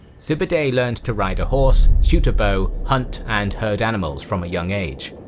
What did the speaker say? sube'etei's learned to ride a horse, shoot a bow, hunt, and herd animals from a young age,